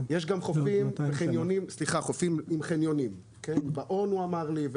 יש גם חופים עם חניונים הוא אמר לי שהאון,